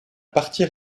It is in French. partie